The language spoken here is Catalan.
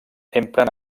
empren